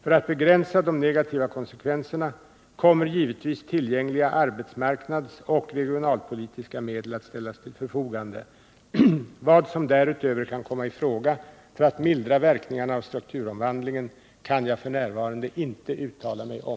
För att begränsa de negativa konsekvenserna kommer givetvis tillgängliga arbetsmarknadsoch regionalpolitiska medel att ställas till förfogande. Vad som därutöver kan komma i fråga för att mildra verkningarna av strukturomvandlingen kan jag f. n. inte uttala mig om.